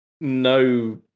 no